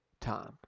time